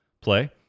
play